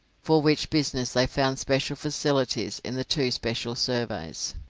for which business they found special facilities in the two special surveys.